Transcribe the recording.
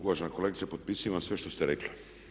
Uvažena kolegice potpisujem sve što ste rekli.